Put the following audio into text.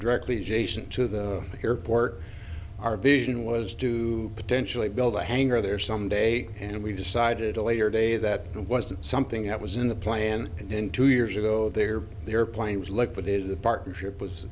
directly jason to the airport our vision was to potentially build a hangar there some day and we decided a later day that it wasn't something that was in the plan and then two years ago there the airplane was liquidated the partnership was